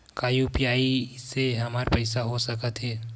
का यू.पी.आई से हमर पईसा हो सकत हे?